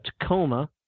Tacoma